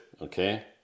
Okay